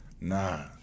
Nah